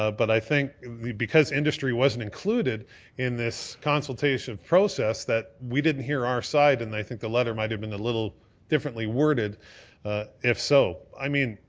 ah but i think because industry wasn't included in this consultation process, that we didn't hear our side and i think the letter might have been a little differently worded if so. i mean,